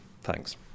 Thanks